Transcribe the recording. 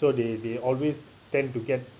so they they always tend to get